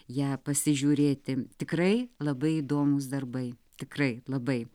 ją pasižiūrėti tikrai labai įdomūs darbai tikrai labai